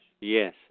Yes